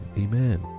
amen